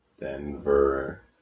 Denver